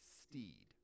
steed